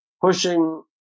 pushing